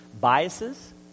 biases